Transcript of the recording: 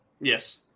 Yes